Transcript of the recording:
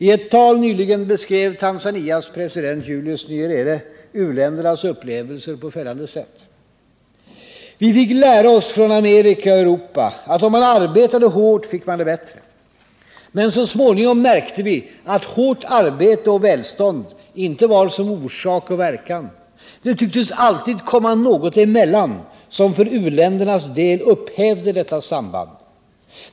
I ett tal nyligen beskrev Tanzanias president Julius Nyerere u-ländernas upplevelser på följande sätt: ”Vi fick lära oss från Amerika och Europa att om man arbetade hårt fick man det bättre. Men så småningom märkte vi att hårt arbete och välstånd inte var som orsak och verkan —det tycktes alltid komma något emellan som för uländernas del upphävde detta samband.